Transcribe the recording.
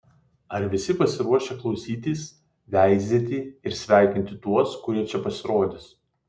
ar visi pasiruošę klausytis veizėti ir sveikinti tuos kurie čia pasirodys